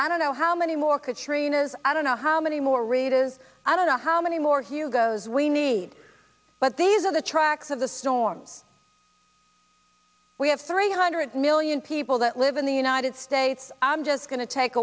i don't know how many more katrina's i don't know how many more readers i don't know how many more hugo's we need but these are the tracks of the storms we have three hundred million people that live in the united states i'm just going t